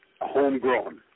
homegrown